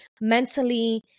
mentally